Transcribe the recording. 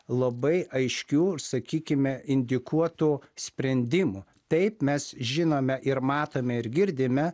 labai aiškių sakykime indikuotų sprendimų taip mes žinome ir matome ir girdime